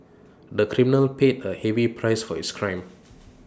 the criminal paid A heavy price for his crime